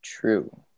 true